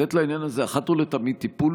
ולתת לעניין הזה אחת ולתמיד טיפול